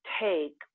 take